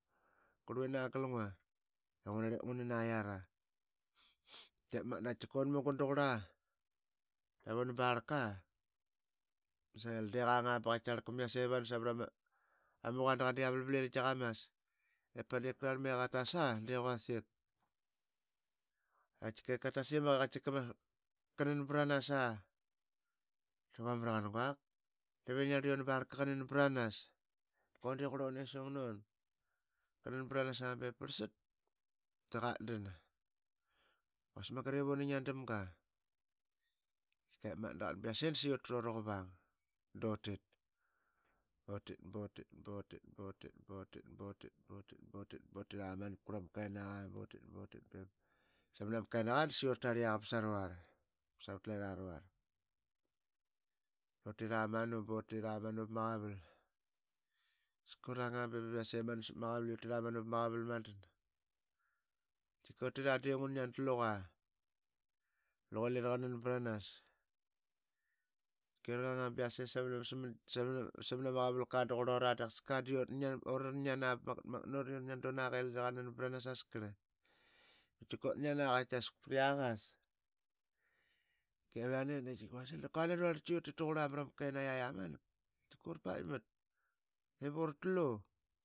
Galngua i ngunarlep ngunanbranas aiyara. Dep magat da qaitkika unmugun daqurla davuna barlka ma selka de qang miyasevanu savramaquan da qaditk ama vlvliring da qamas. Qararlma i qatasa de quasik. qaitkike qatasimaki qa qananbranasa da nguamaraqan guak. dave ngi narli unabarlka qananbranas undequrlunesungnon Qananbranasa beprlsat da qatdan. quasik magat ivuna gian tamga dep magat da qatdan biase dutruraqurang dutit. butit. butit. butit. butit. butit. butit. butit. butit. butit. butiramanap quramkenaqa. butit. butitbutit bep samnama kenaqa dutarlikaqa bsaruarl Utiramanu butiramanu vamaqaval skuranga bev i yaseman u sapmaqaval i utiramanu vamqaval madan. Utira de ngunian dluqe lira qananbranas. Uranganga biase samnama smangi samnama qavalka dqurlura de qasaka utgian urangiana bamangatmagat nutturaqa lira qananbranas askarl. Qaitika utgiana vriaqas qaitas de qaittikevane. dutsil da kua nani urarlitki i utit mrama kenaiyi amanap Urpaitmat ivurutlu.